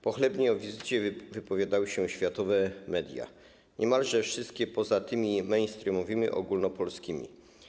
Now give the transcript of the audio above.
Pochlebnie o wizycie wypowiadały się światowe media, niemalże wszystkie poza tymi mainstreamowymi, ogólnopolskimi.